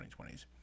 2020s